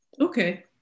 Okay